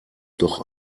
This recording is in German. doch